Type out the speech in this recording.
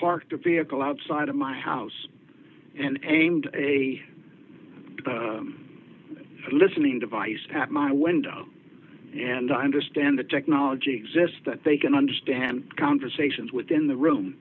parked a vehicle outside of my house and aimed a listening device at my window and i understand the technology exists that they can understand conversations within the room